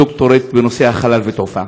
דוקטורית בנושא החלל והתעופה.